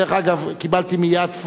דרך אגב, קיבלתי מייד פקס,